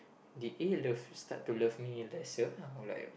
did A love start to love me lesser I'm like